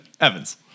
Evans